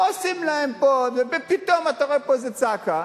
עושים להן, פתאום אתה רואה פה איזה צעקה.